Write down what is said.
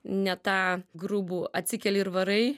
ne tą grubų atsikeli ir varai